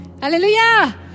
hallelujah